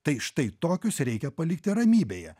tai štai tokius reikia palikti ramybėje